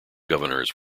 governors